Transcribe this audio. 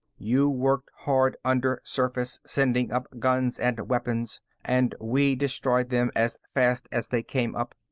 you worked hard undersurface, sending up guns and weapons, and we destroyed them as fast as they came up.